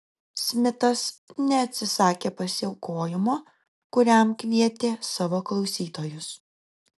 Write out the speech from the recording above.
smitas neatsisakė pasiaukojimo kuriam kvietė savo klausytojus